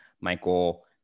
Michael